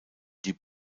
die